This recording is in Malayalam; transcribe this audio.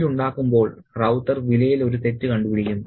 ബിൽ ഉണ്ടാക്കുമ്പോൾ റൌത്തർ വിലയിൽ ഒരു തെറ്റ് കണ്ടുപിടിക്കുന്നു